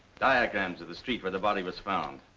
diagrams of the street where the body was found.